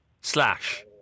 Slash